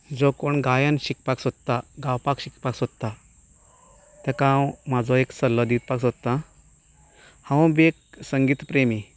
जो कोण गायन शिकपाक सोदता गावपाक शिकपा सोदता तेका हांव म्हाजो एक सल्लो दिवपा सोदतां हांव बी एक संगीत प्रेमी